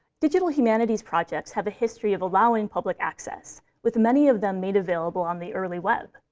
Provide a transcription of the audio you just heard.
digital humanities projects have a history of allowing public access, with many of them made available on the early web.